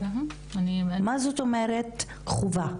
מה זאת אומרת חובה?